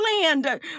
land